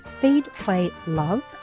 feedplaylove